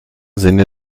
sinne